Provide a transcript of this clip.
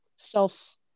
self